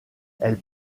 elle